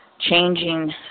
changing